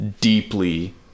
deeply